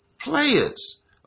players